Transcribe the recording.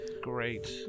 Great